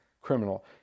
criminal